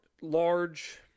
large